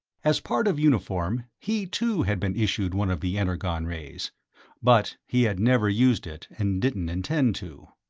as part of uniform, he, too, had been issued one of the energon-rays but he had never used it and didn't intend to.